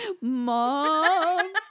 mom